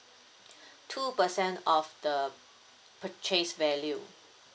two percent of the purchase value